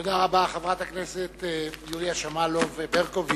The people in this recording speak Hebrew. תודה רבה לחברת הכנסת יוליה שמאלוב-ברקוביץ.